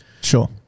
sure